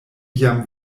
jam